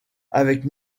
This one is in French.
avec